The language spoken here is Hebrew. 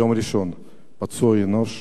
יום ראשון, פצוע אנוש